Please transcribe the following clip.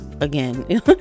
again